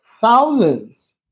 thousands